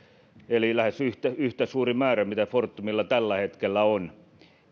eli lähes yhtä yhtä suuri määrä mitä fortumilla tällä hetkellä on